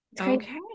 Okay